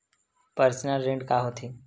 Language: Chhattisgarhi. पर्सनल ऋण का होथे?